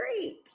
great